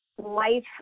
life